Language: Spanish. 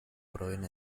proviene